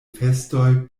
festoj